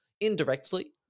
Indirectly